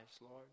Lord